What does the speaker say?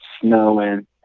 snowing